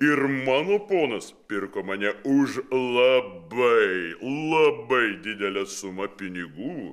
ir mano ponas pirko mane už labai labai didelę sumą pinigų